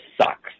sucks